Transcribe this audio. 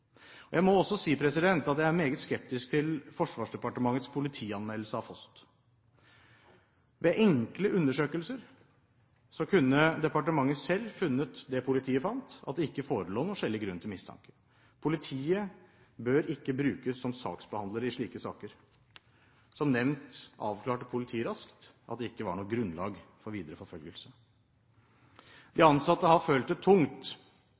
Jeg må også si at jeg er meget skeptisk til Forsvarsdepartementets politianmeldelse av FOST. Ved enkle undersøkelser kunne departementet selv funnet det politiet fant, at det ikke forelå noen skjellig grunn til mistanke. Politiet bør ikke brukes som saksbehandlere i slike saker. Som nevnt avklarte politiet raskt at det ikke var noe grunnlag for videre forfølgelse. De ansatte har følt det tungt